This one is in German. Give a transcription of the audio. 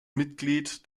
mitglied